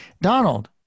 Donald